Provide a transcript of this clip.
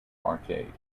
arcade